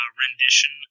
rendition